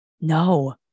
No